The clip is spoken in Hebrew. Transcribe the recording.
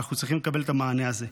אנחנו צריכים לקבל את המענה הזה.